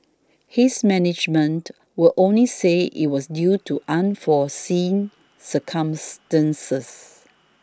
his management would only say it was due to unforeseen circumstances